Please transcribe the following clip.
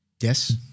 Yes